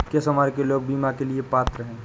किस उम्र के लोग बीमा के लिए पात्र हैं?